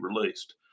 released